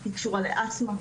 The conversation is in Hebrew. היא קשורה לאסתמה,